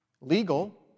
Legal